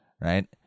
right